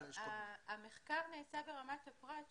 המחקר נעשה ברמת הפרט,